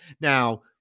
Now